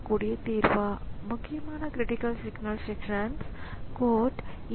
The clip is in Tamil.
இந்த தின் கிளையன்ட் ஆப்பரேட்டிங் ஸிஸ்டத்தை சேவையகத்திலிருந்து லாேட் செய்ய வேண்டும்